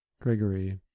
Gregory